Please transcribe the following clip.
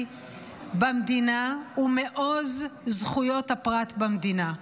במדינה ומעוז זכויות הפרט במדינה".